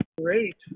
Great